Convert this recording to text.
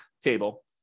table